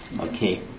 Okay